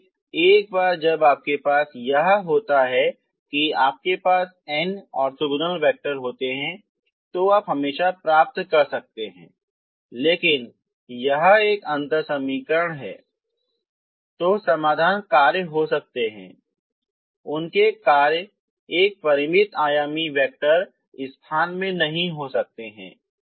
इसलिए एक बार जब आपके पास यह होता है तो आपके पास n ऑर्थोगोनल वैक्टर होते हैं आप हमेशा प्राप्त कर सकते हैं लेकिन यदि यह एक अंतर समीकरण है तो समाधान कार्य हो सकते हैं उनके कार्य एक परिमित आयामी वेक्टर स्थान में नहीं हो सकते हैं